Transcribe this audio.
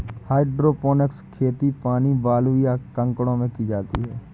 hydroponics खेती पानी, बालू, या कंकड़ों में की जाती है